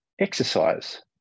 exercise